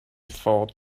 thought